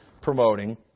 promoting